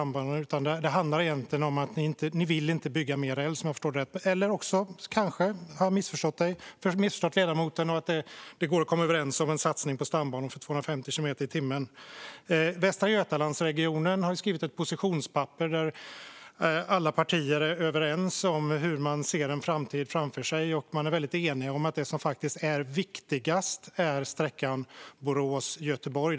Om jag förstår det rätt handlar det egentligen om att ni inte vill bygga mer räls. Men jag kanske har missförstått ledamoten. Det kanske går att komma överens om en satsning på stambanor för 250 kilometer i timmen. Västra Götalandsregionen har skrivit ett positionspapper där alla partier är överens om hur man ser en framtid framför sig. De är väldigt eniga om att det som är viktigast är sträckan Borås-Göteborg.